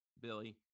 Billy